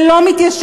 זה לא מתיישב.